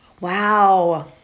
wow